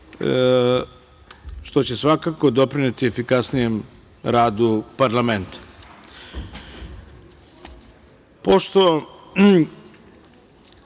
što će svakako doprineti efikasnijem radu parlamenta. Da